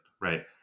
right